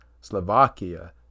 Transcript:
Slovakia